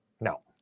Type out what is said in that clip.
no